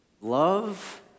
Love